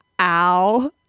ow